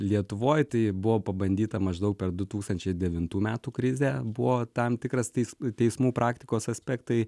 lietuvoj tai buvo pabandyta maždaug per du tūkstančiai devintų metų krizę buvo tam tikras teis teismų praktikos aspektai